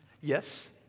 Yes